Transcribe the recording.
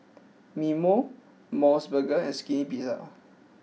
Mimeo Mos Burger and Skinny Pizza